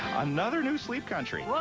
another new sleep country? right,